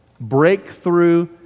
Breakthrough